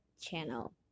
channel